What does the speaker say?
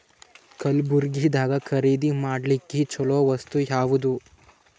ಕಲಬುರ್ಗಿದಾಗ ಖರೀದಿ ಮಾಡ್ಲಿಕ್ಕಿ ಚಲೋ ವಸ್ತು ಯಾವಾದು?